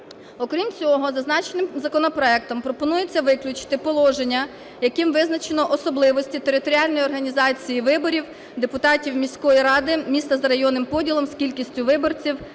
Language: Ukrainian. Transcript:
Окрім цього зазначеним законопроектом пропонується виключити положення, яким визначено особливості територіальної організації виборів депутатів міської ради, міста за районним поділом з кількістю виборців